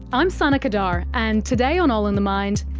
i'm sana qadar and today on all in the mind,